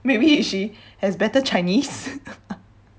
maybe she has better chinese